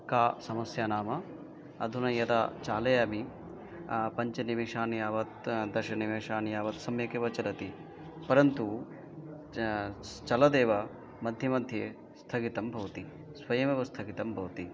का समस्या नाम अधुना यदा चालयामि पञ्चनिमिषान् यावत् दशनिमेषान् यावत् सम्यकेव चलति परन्तु च चलदेव मध्ये मध्ये स्थगितं भवति स्वयमेव स्थगितं भवति